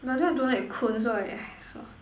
but then I don't like cone so I like sua